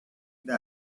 the